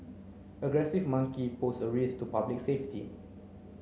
aggressive monkey pose a risk to public safety